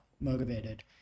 motivated